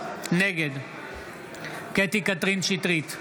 נגד קטי קטרין שטרית,